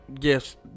Yes